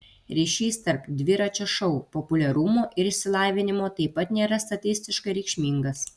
ryšys tarp dviračio šou populiarumo ir išsilavinimo taip pat nėra statistiškai reikšmingas